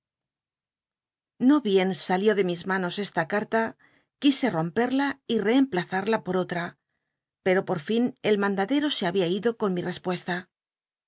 o bien salió de mis manos esta carta quise romperla y rccc npla a l'la lol olm pero poc fin el mandadero se había ido con nci respuesta